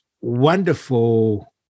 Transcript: wonderful